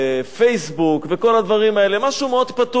ו"פייסבוק" וכל הדברים האלה משהו מאוד פתוח.